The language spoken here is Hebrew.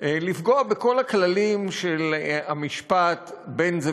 לפגוע בכל הכללים של המשפט: בין שזה